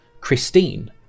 Christine